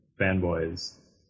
fanboys